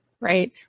right